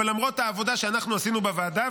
אבל למרות העבודה שאנחנו עשינו בוועדה,